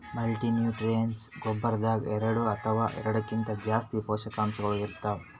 multinutrients ಗೊಬ್ಬರದಾಗ್ ಎರಡ ಅಥವಾ ಎರಡಕ್ಕಿಂತಾ ಜಾಸ್ತಿ ಪೋಷಕಾಂಶಗಳ್ ಇರ್ತವ್